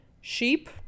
sheep